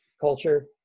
culture